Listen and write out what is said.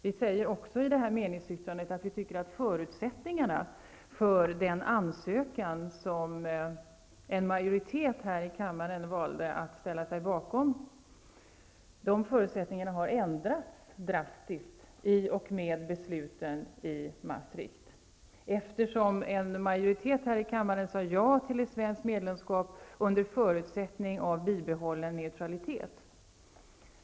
Vi säger också i meningsyttrandet att vi tycker att förutsättningarna för den ansökan som en majoritet här i kammaren valde att ställa sig bakom har ändrats drastiskt i och med besluten i Maastricht. Majoriteten sade ju ja till ett svenskt medlemskap under förutsättning av bibehållen neutralitet.